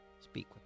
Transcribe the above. speak